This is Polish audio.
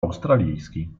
australijski